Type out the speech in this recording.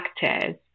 factors